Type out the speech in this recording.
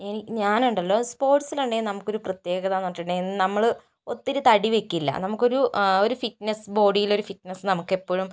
ഈ ഞാനുണ്ടല്ലോ സ്പോര്ട്ട്സിലുണ്ടെങ്കിൽ നമുക്കൊരു പ്രത്യേകതയെന്നു പറഞ്ഞിട്ടുണ്ടെങ്കിൽ നമ്മള് ഒത്തിരി തടി വെക്കില്ല നമുക്കൊരു ഒരു ഫിറ്റ്നസ് ബോഡിയിലൊരു ഫിറ്റ്നസ് നമുക്കെപ്പോഴും